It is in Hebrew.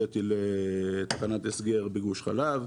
הבאתי לתחנת הסגר בגוש חלב.